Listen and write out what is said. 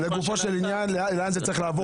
לגופו של עניין לאן זה צריך לעבור,